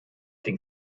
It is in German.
den